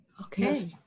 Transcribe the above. Okay